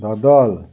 दोदल